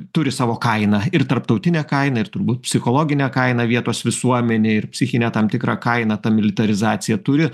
turi savo kainą ir tarptautinę kainą ir turbūt psichologinę kainą vietos visuomenėj ir psichinę tam tikrą kainą ta militarizacija turi